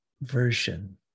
version